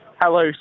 Hello